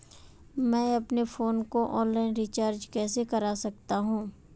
मैं अपने फोन को ऑनलाइन रीचार्ज कैसे कर सकता हूं?